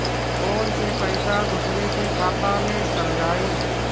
Phone से पईसा दूसरे के खाता में चल जाई?